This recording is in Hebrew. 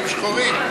השחורים.